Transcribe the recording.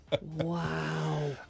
Wow